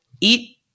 eat